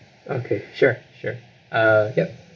okay sure sure uh ya